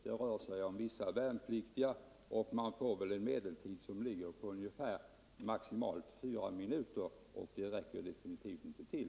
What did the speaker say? Det gäller vissa värnpliktiga, och man har en genomsnittstid på maximalt fyra minuter. Det räcker definitivt inte till.